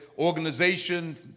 organization